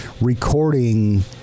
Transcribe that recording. recording